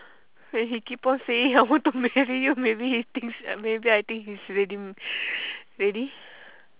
when he keep on saying I want to marry you maybe he thinks that way maybe I think he's ready ready